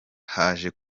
haje